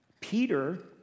Peter